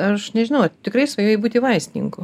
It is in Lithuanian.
aš nežinau ar tu tikrai svajojai būti vaistininku